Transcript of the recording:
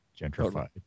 gentrified